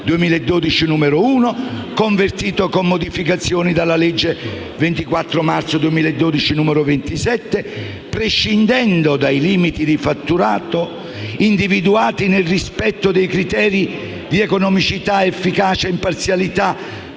2012, n. 1, convertito, con modificazioni, dalla legge 24 marzo 2012, n. 27, prescindendo dai limiti di fatturato, individuati nel rispetto dei criteri di economicità, efficacia, imparzialità,